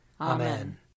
Amen